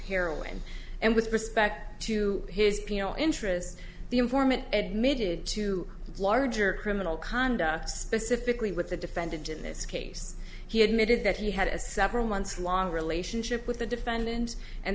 heroin and with respect to his piano interest the informant admitted to larger criminal conduct specifically with the defendant in this case he admitted that he had a several months long relationship with the defendant and